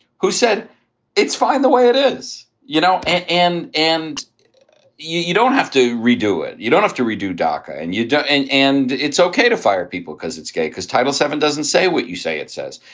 who said it's fine the way it is, you know, and and and you you don't have to redo it. you don't have to redo doca and you don't. and and it's ok to fire people because it's gay because title seven doesn't say what you say. it says.